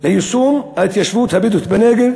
ליישום ההתיישבות הבדואית בנגב